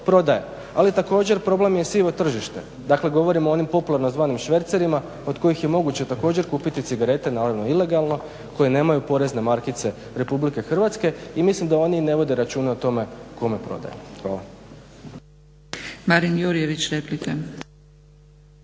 prodaje. Ali također problem je sivo tržište, dakle govorim o onim popularno zvanim švercerima od kojih je moguće također kupiti cigarete naravno ilegalno koje nemaju porezne markice RH i mislim da oni ne vode računa o tome kome prodaje.